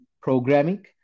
programming